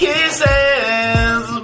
Kisses